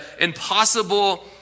impossible